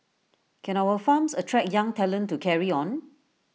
can our farms attract young talent to carry on